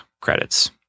credits